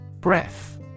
Breath